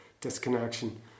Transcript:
disconnection